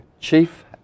chief